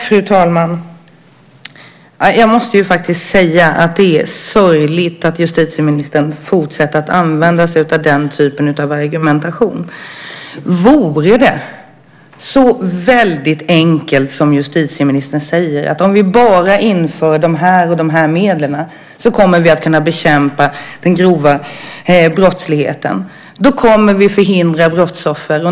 Fru talman! Jag måste säga att det är sorgligt att justitieministern fortsätter att använda sig av denna typ av argumentation. Det låter väldigt enkelt när justitieministern säger att om vi bara inför de här och de här medlen så kommer vi att kunna bekämpa den grova brottsligheten och förhindra att vi får brottsoffer.